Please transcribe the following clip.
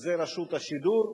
וזה רשות השידור.